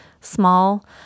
Small